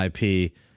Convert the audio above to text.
IP